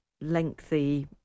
lengthy